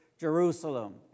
Jerusalem